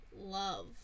love